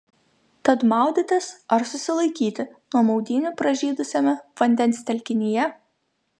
tad maudytis ar susilaikyti nuo maudynių pražydusiame vandens telkinyje